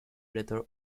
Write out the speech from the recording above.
editor